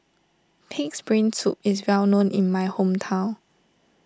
Pig's Brain Soup is well known in my hometown